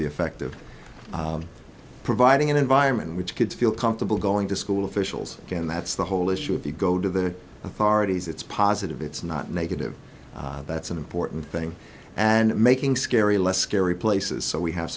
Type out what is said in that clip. be effective providing an environment in which kids feel comfortable going to school officials and that's the whole issue if you go to the authorities it's positive it's not negative that's an important thing and making scary less scary places so we have